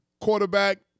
quarterback